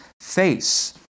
face